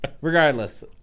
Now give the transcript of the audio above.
Regardless